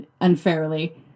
unfairly